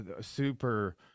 super